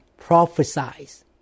prophesize